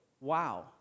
wow